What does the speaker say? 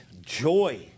joy